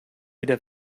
wieder